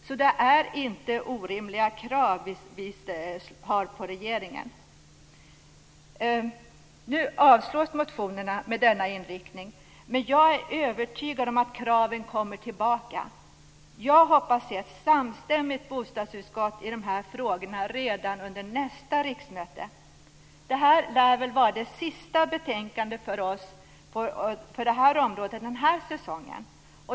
Vi ställer inte orimliga krav på regeringen. Nu avstyrks motionerna med denna inriktning. Men jag är övertygad om att kraven kommer tillbaka. Jag hoppas att få se ett samstämmigt bostadsutskott i dessa frågor redan under nästa riksmöte. Detta lär väl vara det sista betänkandet för oss på detta område för den här säsongen.